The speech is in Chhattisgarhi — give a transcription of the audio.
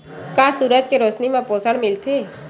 का सूरज के रोशनी म पोषण मिलथे?